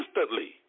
instantly